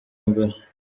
mbere